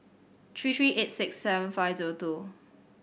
three three eight six seven five zero two